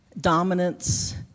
dominance